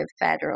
federal